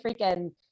freaking